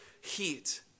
heat